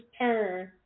turn